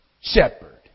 shepherd